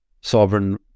sovereign